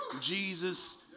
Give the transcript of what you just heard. Jesus